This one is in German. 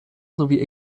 sowie